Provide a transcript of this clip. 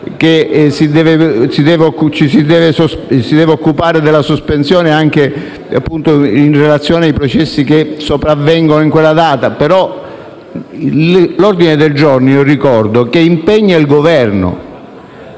ci si deve occupare della sospensione anche in relazione ai processi che sopravvengono in quella data. Però ricordo che l'ordine del giorno impegna il Governo;